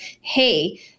hey